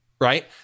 right